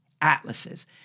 atlases